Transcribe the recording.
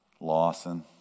Lawson